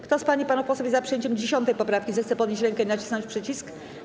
Kto z pań i panów posłów jest za przyjęciem 10. poprawki, zechce podnieść rękę i nacisnąć przycisk.